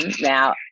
Now